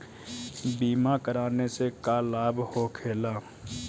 बीमा कराने से का लाभ होखेला?